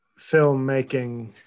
filmmaking